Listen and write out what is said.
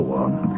one